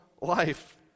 life